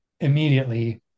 immediately